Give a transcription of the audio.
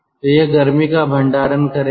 तो यह गर्मी का भंडारण करेगा